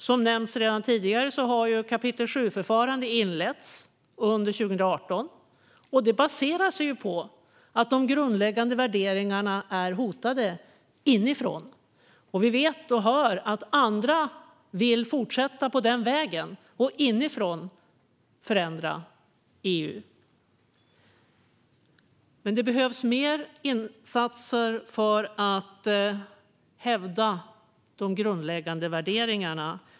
Som tidigare nämnts inleddes ett artikel 7-förfarande under 2018, och det baseras på att de grundläggande värderingarna är hotade inifrån. Vi vet och hör att andra vill fortsätta på den vägen och inifrån förändra EU. Det behövs fler insatser för att hävda de grundläggande värderingarna.